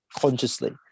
consciously